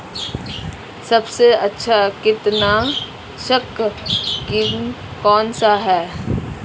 सबसे अच्छा कीटनाशक कौनसा है?